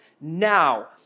now